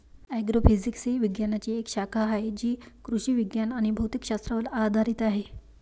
agrophysics ही विज्ञानाची एक शाखा आहे जी कृषी विज्ञान आणि भौतिक शास्त्रावर आधारित आहे